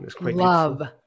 Love